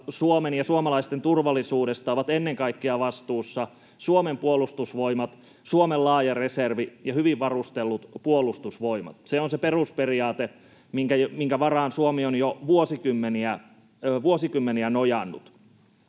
Suomen ja suomalaisten turvallisuudesta on ennen kaikkea vastuussa Suomen puolustusvoimat: Suomen laaja reservi ja hyvin varustellut Puolustusvoimat. Se on se perusperiaate, minkä varaan Suomi on jo vuosikymmeniä nojannut.